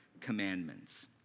commandments